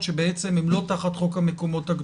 שבעצם הם לא תחת חוק המקומות הקדושים.